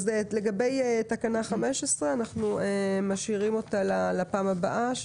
אז את תקנה 15 אנחנו משאירים לפעם הבאה,